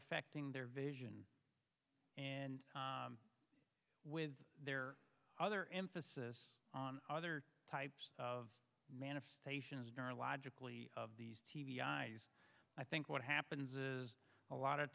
affecting their vision and with their other emphasis on other types of manifestations neurologically of these t v eyes i think what happens is a lot of